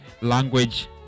language